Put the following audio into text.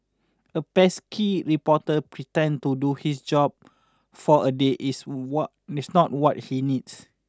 a pesky reporter pretend to do his job for a day is what miss not what he needs